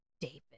David